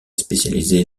spécialisée